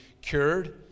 cured